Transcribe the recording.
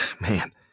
man